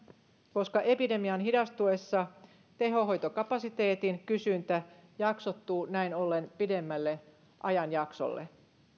koska epidemian hidastuessa tehohoitokapasiteetin kysyntä jaksottuu näin ollen pidemmälle ajanjaksolle